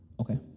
Okay